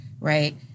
right